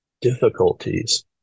difficulties